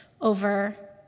over